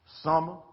summer